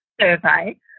Survey